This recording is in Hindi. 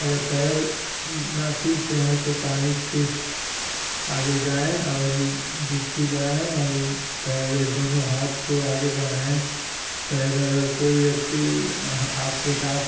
अगर तैरना सीख गए तो पानी की आगे जाएँ और डुबकी लगाएँ और तैरें दोनों हाथ को आगे बढ़ाएँ तैरें अगर कोई व्यक्ति आपके साथ